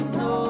no